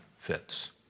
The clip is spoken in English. fits